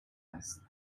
است